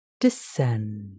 descend